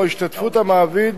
או השתתפות המעביד